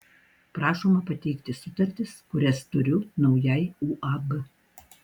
prašoma pateikti sutartis kurias turiu naujai uab